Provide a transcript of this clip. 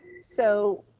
so